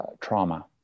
trauma